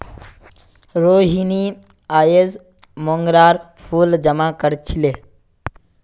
रोहिनी अयेज मोंगरार फूल जमा कर छीले